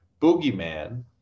boogeyman